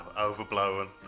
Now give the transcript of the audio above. overblown